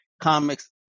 Comics